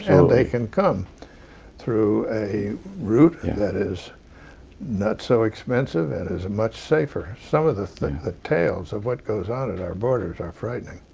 and they can come through a route and that is not so expensive and is much safer. some of the ah tales of what goes on at our borders are frightening.